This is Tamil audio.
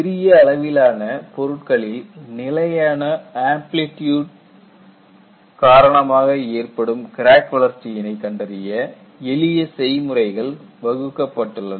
சிறிய அளவிலான பொருட்களில் நிலையான ஆம்ப்லிட்யூட் காரணமாக ஏற்படும் கிராக் வளர்ச்சியினை கண்டறிய எளிய செய்முறைகள் வகுக்கப்பட்டுள்ளன